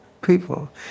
people